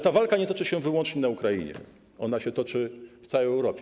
Ta walka nie toczy się wyłącznie na Ukrainie, ona się toczy w całej Europie.